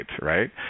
right